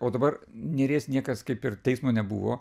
o dabar nėries niekas kaip ir teismo nebuvo